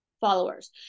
followers